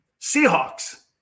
Seahawks